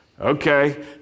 Okay